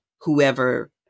whoever